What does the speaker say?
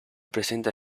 presenta